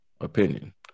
opinion